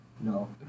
no